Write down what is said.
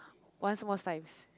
one small size